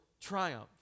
triumph